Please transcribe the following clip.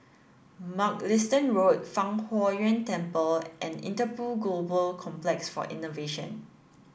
mugliston Road Fang Huo Yuan Temple and Interpol Global Complex for Innovation